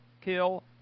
kill